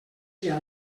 sia